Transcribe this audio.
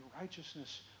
righteousness